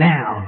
Now